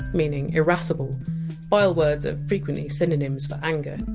meaning irascible bile words are frequently synonyms for anger.